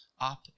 up